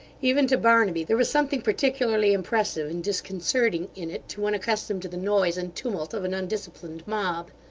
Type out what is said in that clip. even to barnaby, there was something particularly impressive and disconcerting in it to one accustomed to the noise and tumult of an undisciplined mob.